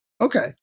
Okay